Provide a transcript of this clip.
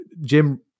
Jim